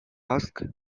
ask